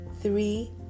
three